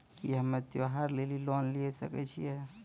की हम्मय त्योहार लेली लोन लिये सकय छियै?